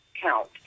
count